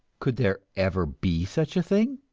could there ever be such a thing?